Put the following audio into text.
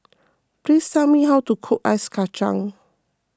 please tell me how to cook Ice Kachang